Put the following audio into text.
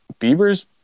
Bieber's